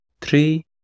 three